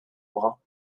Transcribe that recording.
bras